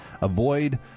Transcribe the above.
avoid